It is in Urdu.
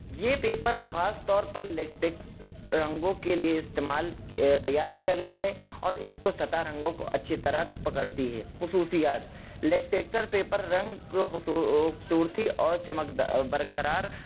یہ پیپر خاص طور پر لیکٹکس رنگوں کے لیے استعمال تیار کیا گیا ہے اور اس کو سطح رنگوں کو اچھی طرح پکڑتی ہے خصوصیات لیکٹریچر پیپر رنگ کو خوبصورتی اور چمک برقرار